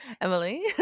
Emily